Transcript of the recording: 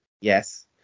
Yes